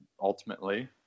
ultimately